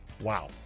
Wow